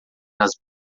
nas